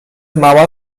mała